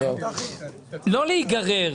לא להיגרר.